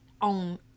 on